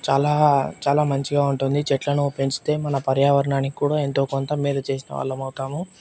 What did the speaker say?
చాలా చాలా మంచిగా ఉంటుంది చెట్లను పెంచితే మన పర్యావరణానికి కూడా ఎంతో కొంత మేలు చేసిన వాళ్ళము అవుతాము